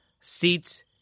seats